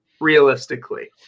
realistically